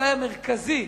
אולי המרכזי,